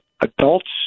adults